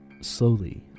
Slowly